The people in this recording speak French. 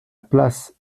place